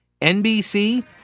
NBC